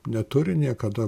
neturi niekada